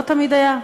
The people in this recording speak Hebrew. לא תמיד היה.